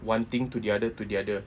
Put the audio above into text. one thing to the other to the other